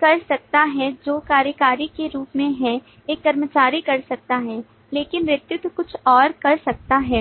कर सकता है जो कार्यकारी के रूप में है एक कर्मचारी कर सकता है लेकिन नेतृत्व कुछ और कर सकता है